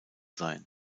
sein